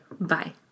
Bye